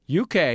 UK